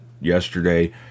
yesterday